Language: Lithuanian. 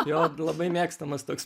jo labai mėgstamas toks